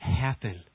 happen